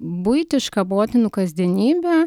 buitišką motinų kasdienybę